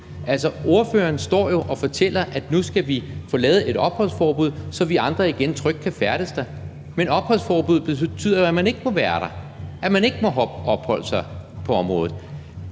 Ordføreren står og fortæller, at vi nu skal få lavet et opholdsforbud, så vi andre igen trygt kan færdes der, men opholdsforbuddet betyder jo, at man ikke må være der, at man ikke må opholde sig på området.